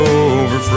over